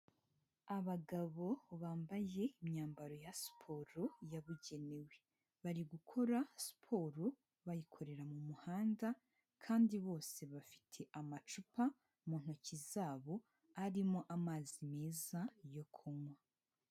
Abagabo bambaye imyambaro ya siporo yabugenewe. Bari gukora siporo bayikorera mu muhanda kandi bose bafite amacupa mu ntoki zabo arimo amazi meza yo kunywa.